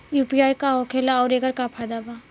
UPI का होखेला आउर एकर का फायदा बा?